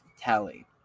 tally